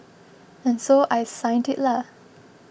and so I signed it lah